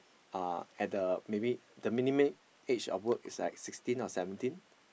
uh at the maybe the minimum age of work is like sixteen or seventeen